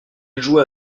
jouait